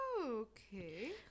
Okay